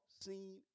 seen